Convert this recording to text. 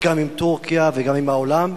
גם עם טורקיה וגם עם העולם.